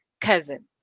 cousin